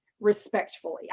respectfully